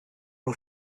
nhw